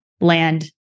land